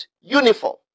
uniform